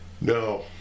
No